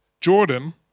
Jordan